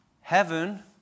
heaven